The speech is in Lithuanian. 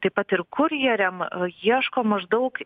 taip pat ir kurjeriam ieško maždaug